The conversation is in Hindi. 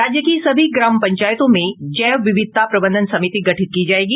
राज्य की सभी ग्राम पंचायतों में जैव विविधता प्रबंधन समिति गठित की जायेगी